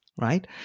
right